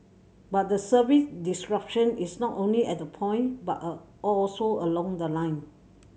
but the service disruption is not only at the point but a also along the line